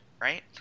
right